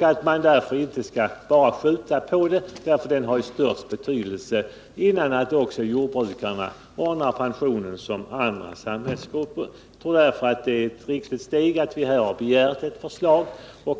Man kan därför inte skjuta ytterligare på denna fråga, eftersom en lösning är av största betydelse nu, innan jordbrukarna i likhet med andra samhällsgrupper har ordnat sin pensionstrygghet på annat sätt. Vi har begärt att få ett förslag